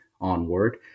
onward